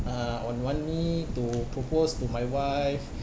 uh on one knee to propose to my wife